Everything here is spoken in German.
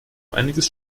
einiges